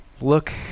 look